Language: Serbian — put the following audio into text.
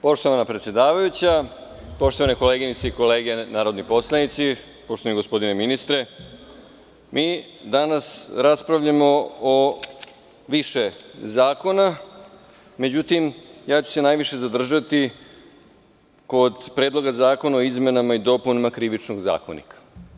Poštovana predsedavajuća, poštovane koleginice i kolege narodni poslanici, poštovani gospodine ministre, danas raspravljamo o više zakona, međutim, najviše ću se zadržati kod Predloga zakona o izmenama i dopunama Krivičnog zakonika.